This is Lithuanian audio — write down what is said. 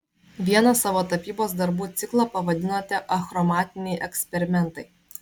vieną savo tapybos darbų ciklą pavadinote achromatiniai eksperimentai